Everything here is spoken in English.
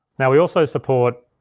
now we also support